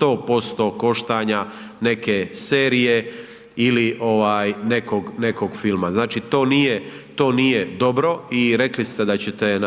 100% koštanja neke serije ili nekog filma, to nije dobro i rekli ste da ćete